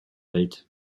welt